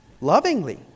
lovingly